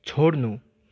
छोड्नु